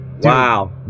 Wow